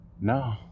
No